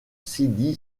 sidi